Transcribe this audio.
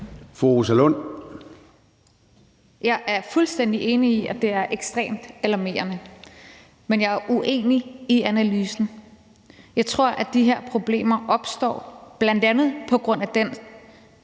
Lund (EL): Jeg er fuldstændig enig i, at det er ekstremt alarmerende. Men jeg er uenig i analysen. Jeg tror, at de her problemer bl.a. opstår på grund af den